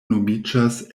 nomiĝas